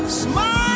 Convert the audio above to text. smile